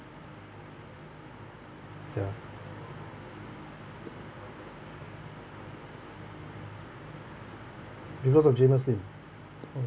ya because of jamus lim mm